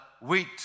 wheat